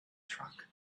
track